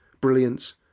brilliance